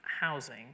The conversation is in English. housing